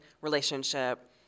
relationship